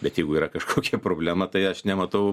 bet jeigu yra kažkokia problema tai aš nematau